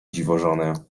dziwożonę